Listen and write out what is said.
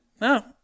no